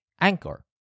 Anchor